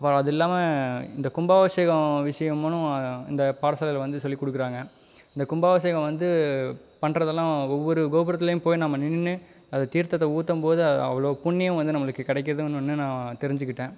அப்புறம் அது இல்லாமல் இந்த கும்பாபிஷேகம் விஷயம்னு இந்த பாடசாலையில வந்து சொல்லிக்கொடுக்குறாங்க இந்த கும்பாபிஷேகம் வந்து பண்ணுறதெல்லாம் ஒவ்வொரு கோபுரத்திலையும் போய் நம்ம நின்று அந்த தீர்த்தத்தை ஊற்றும் போது அவ்வளோ புண்ணியம் வந்து நம்மளுக்கு கிடைக்குதுன்னு ஒன்று நான் தெரிஞ்சிக்கிட்டேன்